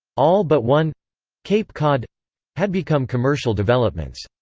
all but one cape cod had become commercial developments.